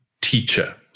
teacher